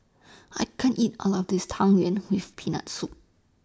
I can't eat All of This Tang Yuen with Peanut Soup